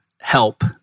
help